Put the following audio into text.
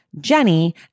Jenny